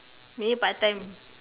maybe part time